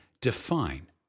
define